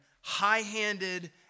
high-handed